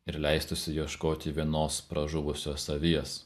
ir leistųsi ieškoti vienos pražuvusios avies